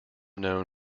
known